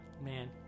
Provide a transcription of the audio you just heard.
Man